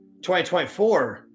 2024